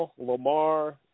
Lamar